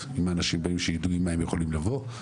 לאנשים שידעו עם מה הם יכולים לבוא.